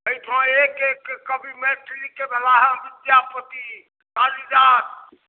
एहिठाम एक एक कवि मैथिलीके भेला हँ विद्यापति कालीदास